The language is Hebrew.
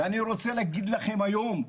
ואני רוצה להגיד לכם היום,